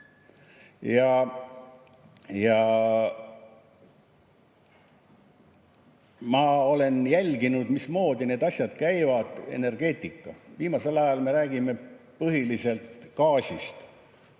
Ma olen jälginud, mismoodi need asjad käivad. Energeetika – viimasel ajal me räägime põhiliselt gaasist.